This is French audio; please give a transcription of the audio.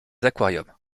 aquariums